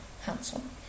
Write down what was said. handsome